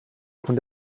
von